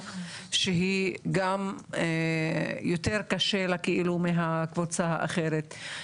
שהיא גם יותר קשה לה כאילו מהקבוצה האחרת,